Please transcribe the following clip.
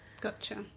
gotcha